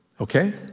Okay